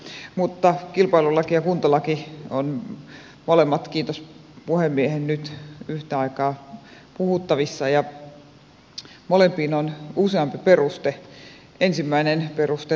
kilpailulaki ja kuntalaki ovat molemmat kiitos puhemiehen nyt yhtä aikaa puhuttavissa ja molempiin on useampi peruste